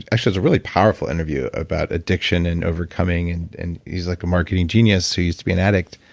actually it was a really powerful interview about addict ion and overcoming and and he's like a marketing genius who used to be an addict.